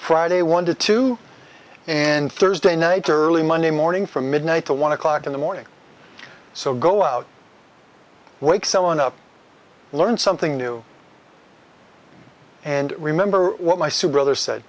friday one to two and thursday night early monday morning from midnight to one o'clock in the morning so go out wake someone up learn something new and remember what my